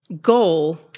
goal